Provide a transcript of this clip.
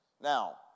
Now